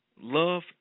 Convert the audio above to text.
Love